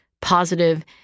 positive